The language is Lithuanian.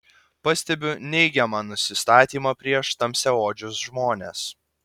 pastebiu neigiamą nusistatymą prieš tamsiaodžius žmones